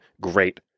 great